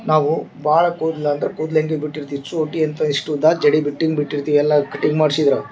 ನಾವು ಭಾಳ ಕೂದ್ಲು ಹಂಗೆ ಕೂದ್ಲು ಹಂಗೆ ಬಿಟ್ಟಿರ್ತೀವೆ ಚೂಟಿ ಅಂತ ಇಷ್ಟು ಉದ್ದ ಜಡೆ ಬಿಟ್ಟು ಹಿಂಗ್ ಬಿಟ್ಟಿರ್ತೀವಲ್ಲ ಅವ ಕಟ್ಟಿಂಗ್ ಮಾಡ್ಸಿಲ್ಲ